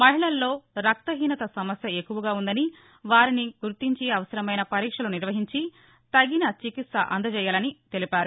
మహిళల్లో రక్తహీనత సమస్య ఎక్కువగా ఉందని వారిని గుర్తించి అవసరమైన పరీక్షలు నిర్వహించి తగిన చికిత్స అందించాలన్నారు